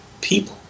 people